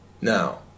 Now